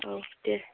औ दे